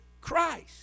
christ